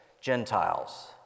Gentiles